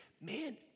man